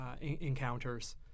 encounters